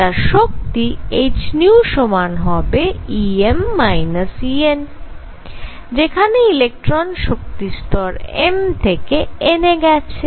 তাই তার শক্তি h সমান হবে Em En যেখানে ইলেকট্রন শক্তি স্তর m থেকে n এ গেছে